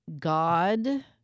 God